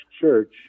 Church